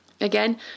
Again